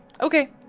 Okay